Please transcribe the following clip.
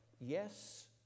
Yes